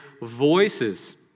voices